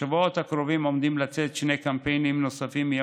בשבועות הקרובים עומדים לצאת שני קמפיינים נוספים,